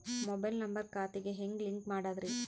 Mobile number ಖಾತೆ ಗೆ ಹೆಂಗ್ ಲಿಂಕ್ ಮಾಡದ್ರಿ?